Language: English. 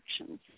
actions